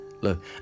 Look